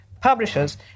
Publishers